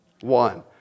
one